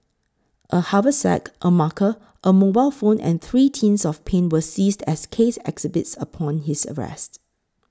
a haversack a marker a mobile phone and three tins of paint were seized as case exhibits upon his arrest